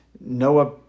Noah